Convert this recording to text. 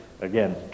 again